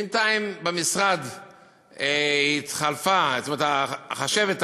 בינתיים במשרד התחלפה החשבת.